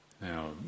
Now